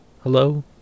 hello